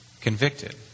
convicted